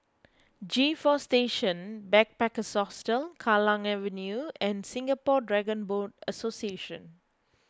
G four Station Backpackers Hostel Kallang Avenue and Singapore Dragon Boat Association